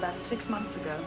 about six months ago